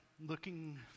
looking